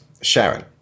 Sharon